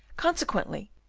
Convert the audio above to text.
consequently,